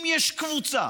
אם יש קבוצה